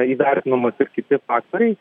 įvertinamos ir kiti faktoriai